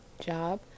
job